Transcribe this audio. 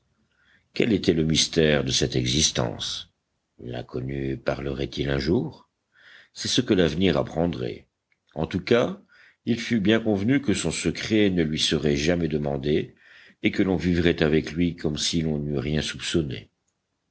quel était le mystère de cette existence l'inconnu parlerait il un jour c'est ce que l'avenir apprendrait en tout cas il fut bien convenu que son secret ne lui serait jamais demandé et que l'on vivrait avec lui comme si l'on n'eût rien soupçonné